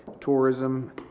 tourism